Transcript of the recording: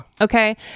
Okay